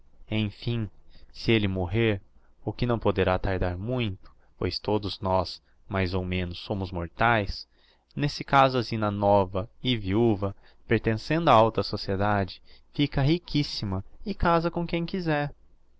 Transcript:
emfim se elle morrer o que não poderá tardar muito pois todos nós mais ou menos somos mortaes n'esse caso a zina nova e viuva pertencendo á alta sociedade fica riquissima e casa com quem quizer